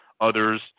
others